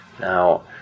Now